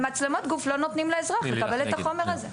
במצלמות גוף לא נותנים לאזרח לקבל את החומר הזה.